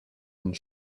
and